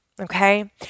Okay